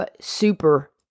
super